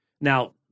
Now